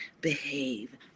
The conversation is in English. behave